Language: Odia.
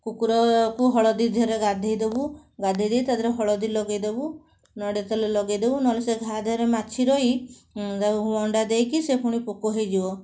କୁକୁରକୁ ହଳଦୀ ଦେହରେ ଗାଧୋଇ ଦେବୁ ଗାଧୋଇ ଦେଇ ତା'ଦେହରେ ହଳଦୀ ଲଗାଇ ଦେବୁ ନଡ଼ିଆତେଲ ଲଗାଇ ଦେବୁ ନହେଲେ ସେ ଘାଆ ଦେହରେ ମାଛି ରହି ତାକୁ ଅଣ୍ଡା ଦେଇକି ସେ ପୁଣି ପୋକ ହେଇଯିବ